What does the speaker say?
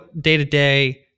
day-to-day